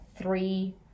three